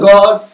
God